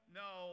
no